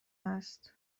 هست